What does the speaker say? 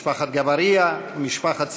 משפחת גברייה ומשפחת סיתאווי,